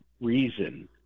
reason